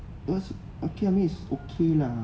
it was okay means okay lah